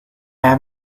have